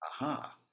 Aha